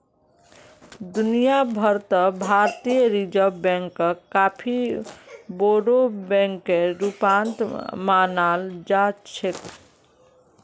दुनिया भर त भारतीय रिजर्ब बैंकक काफी बोरो बैकेर रूपत मानाल जा छेक